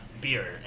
beer